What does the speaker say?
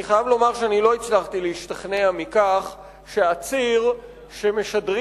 אני חייב לומר שלא הצלחתי להשתכנע מכך שעציר שמשדרים